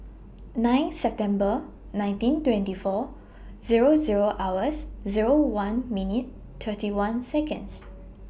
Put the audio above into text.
nine September nineteen twenty four Zero Zero hours Zero one minutes thirty one Seconds